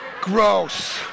gross